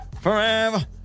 Forever